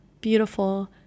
beautiful